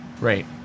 Right